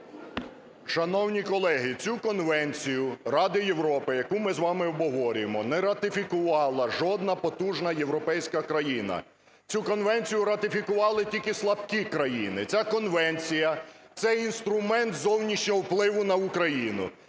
Шановні колеги, цю конвенцію Ради Європи, яку ми з вами обговорюємо, не ратифікувала жодна потужна європейська країна. Цю конвенцію ратифікували тільки слабкі країни. Ця конвенція – це інструмент зовнішнього впливу на Україну.